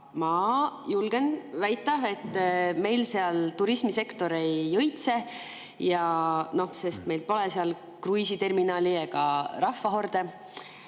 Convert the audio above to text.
ma julgen väita, et meil seal turismisektor ei õitse, sest meil pole kruiisiterminali ega rahvahorde.